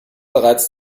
bereits